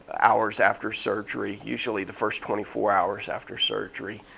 hours after surgery, usually the first twenty four hours after surgery,